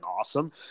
awesome